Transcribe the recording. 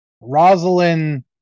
Rosalind